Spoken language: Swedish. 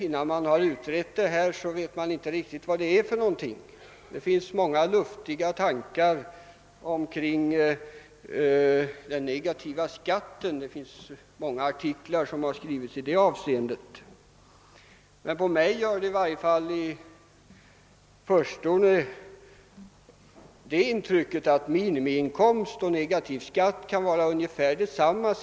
Innan man har utrett detta vet man ju inte riktigt vad det innebär. Det har framförts många luftiga tankar och skrivits många artiklar om den negativa skatten. Men jag har i varje fall i förstone fått det intrycket att minimiinkomst och negativ skatt är ungefär detsamma.